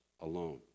alone